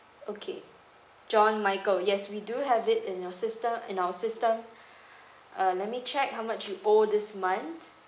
okay john michael yes we do have it in your system in our system uh let me check how much you owe this month